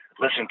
listen